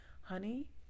honey